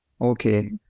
Okay